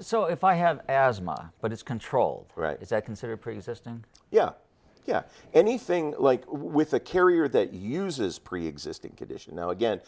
so if i have asthma but it's controlled is that considered preexisting yeah yeah anything like with a carrier that uses preexisting condition now again